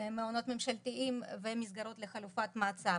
מעונות ממשלתיים ומסגרות לחלופת מעצר.